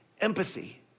empathy